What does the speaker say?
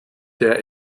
der